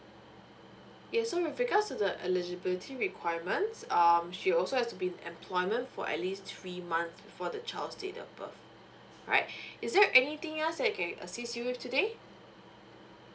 yeuh so with regards to the eligibility requirements um she also has to be in employment for at least three month before the child's date of birth alright is there anything else that I can assist you with today